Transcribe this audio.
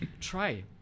try